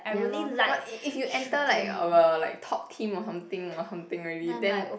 ya lor not if if you enter like our like top team or something or something already then